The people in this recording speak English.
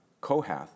Kohath